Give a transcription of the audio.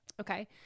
Okay